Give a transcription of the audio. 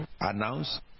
announce